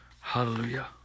Hallelujah